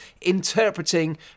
interpreting